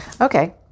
Okay